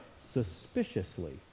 suspiciously